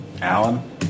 Alan